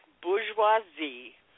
bourgeoisie